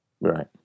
right